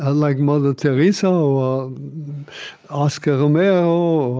ah like mother teresa or oscar romero